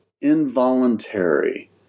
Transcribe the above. involuntary